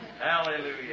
Hallelujah